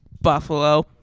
Buffalo